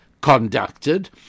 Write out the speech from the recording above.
conducted